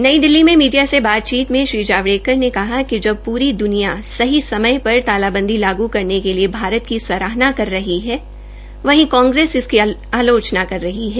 नई दिल्ली मे मीडिया से बातचीत मे श्री जावड़ेकर ने कहा कि जब पूरी दुनिया सही सयम पर तालाबंदी लागू करने के लिए भारत की सराहना कर रही है वहीं कांग्रेस इसकी आलोचना कर रही है